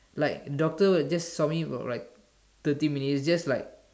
like doctor just saw me for like thirty minutes that's like